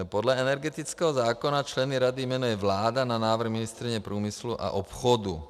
Podle energetického zákona členy rady jmenuje vláda na návrh ministryně průmyslu a obchodu.